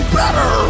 better